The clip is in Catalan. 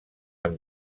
amb